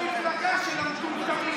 המפלגה של המטומטמים.